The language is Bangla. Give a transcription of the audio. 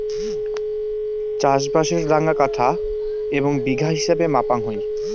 চাষবাসের ডাঙা কাঠা এবং বিঘা হিছাবে মাপাং হই